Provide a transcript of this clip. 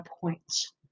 points